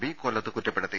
P കൊല്ലത്ത് കുറ്റപ്പെടുത്തി